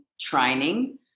training